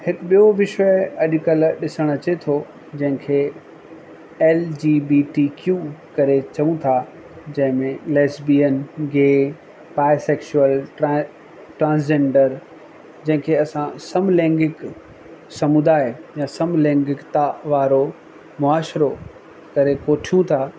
हिकु ॿियो विषय अॼु कल्ह ॾिसणु अचे थो जंहिंखे L G B T Q करे चऊं था जंहिं में लेस्बियन गे बाइसेक्सुअल ट्रा ट्रासजेंडर जंहिंखे असां समलैंगिक समुदाय या समलैंगिकता वारो मुआशरो करे कोठियूं था